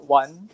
one